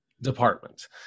department